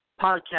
podcast